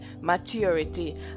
maturity